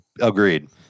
Agreed